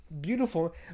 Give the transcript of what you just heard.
Beautiful